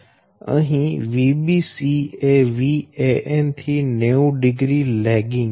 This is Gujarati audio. અને અહી Vbc એ Van થી 900 લેગીંગ છે